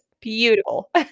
beautiful